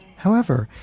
however,